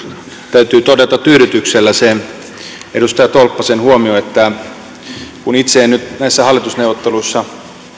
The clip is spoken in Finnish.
täytyy todeta tyydytyksellä edustaja tolppasen huomio itse en nyt siellä hallitusneuvotteluissa